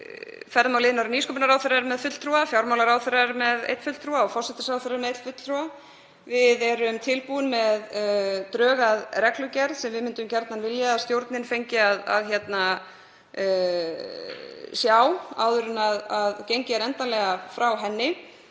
nýsköpunarráðherra er með fulltrúa, fjármálaráðherra er með einn fulltrúa og forsætisráðherra er með einn fulltrúa. Við erum tilbúin með drög að reglugerð sem við myndum gjarnan vilja að stjórnin fengi að sjá áður en gengið er endanlega frá henni.